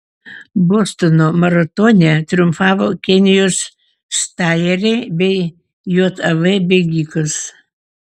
bostono maratone triumfavo kenijos stajerė bei jav bėgikas